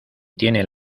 tienen